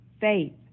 faith